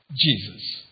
Jesus